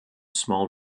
small